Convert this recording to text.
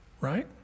right